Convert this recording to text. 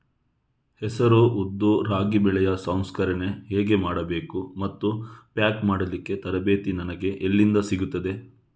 ಹೆಸರು, ಉದ್ದು, ರಾಗಿ ಬೆಳೆಯ ಸಂಸ್ಕರಣೆ ಹೇಗೆ ಮಾಡಬೇಕು ಮತ್ತು ಪ್ಯಾಕ್ ಮಾಡಲಿಕ್ಕೆ ತರಬೇತಿ ನನಗೆ ಎಲ್ಲಿಂದ ಸಿಗುತ್ತದೆ?